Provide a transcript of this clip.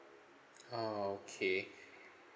ah okay